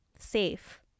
safe